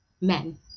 men